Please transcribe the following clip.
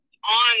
On